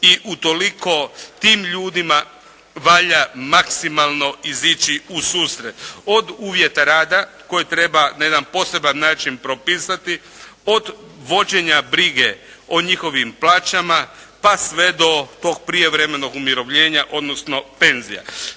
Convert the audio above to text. i utoliko tim ljudima valja maksimalno izići u susret od uvjeta rada koje treba na jedan poseban način propisati, od vođenja brige o njihovim plaćama, pa sve do tog prijevremenog umirovljenja odnosno penzija.